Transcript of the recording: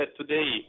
today